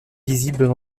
visibles